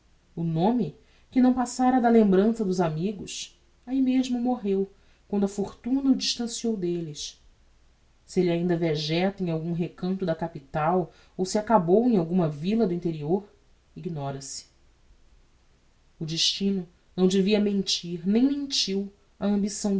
o nome que não passara da lembrança dos amigos ahi mesmo morreu quando a fortuna o distanceou delles se elle ainda vegeta em algum recanto da capital ou se acabou em alguma villa do interior ignora se o destino não devia mentir nem mentiu á ambição